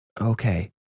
Okay